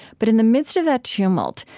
but in the midst of that tumult,